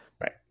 Right